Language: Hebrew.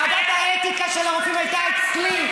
ועדת האתיקה של הרופאים הייתה אצלי,